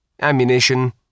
Ammunition